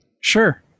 Sure